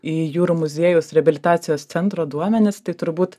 į jūrų muziejaus reabilitacijos centro duomenis tai turbūt